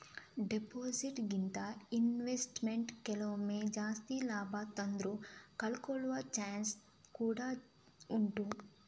deposit ಗಿಂತ investment ಕೆಲವೊಮ್ಮೆ ಜಾಸ್ತಿ ಲಾಭ ತಂದ್ರೂ ಕಳ್ಕೊಳ್ಳೋ ಚಾನ್ಸ್ ಕೂಡಾ ಉಂಟು